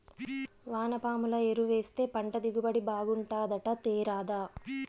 వానపాముల ఎరువేస్తే పంట దిగుబడి బాగుంటాదట తేరాదా